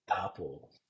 Apple